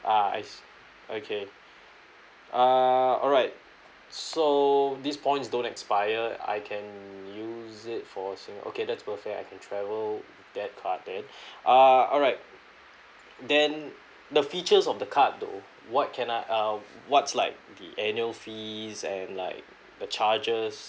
ah I see okay err alright so these points don't expire I can use it for sing~ okay that's perfect I can travel with that card then err alright then the features of the card though what can l uh what's like the annual fees and like the charges